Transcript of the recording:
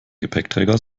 gepäckträger